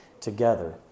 together